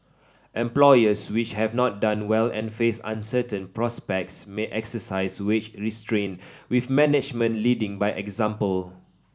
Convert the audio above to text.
employers which have not done well and face uncertain prospects may exercise wage restraint with management leading by example